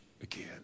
again